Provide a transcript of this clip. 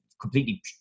completely